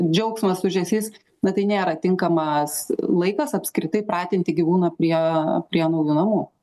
džiaugsmas ūžesys na tai nėra tinkamas laikas apskritai pratinti gyvūną prie prie naujų namų